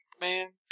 man